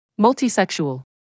Multisexual